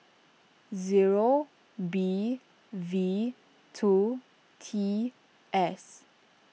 zero B V two T S